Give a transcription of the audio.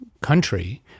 country